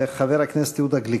חבר הכנסת יהודה גליק.